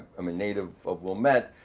i'm a native of wilmette,